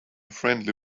friendly